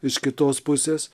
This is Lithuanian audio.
iš kitos pusės